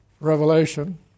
Revelation